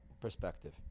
perspective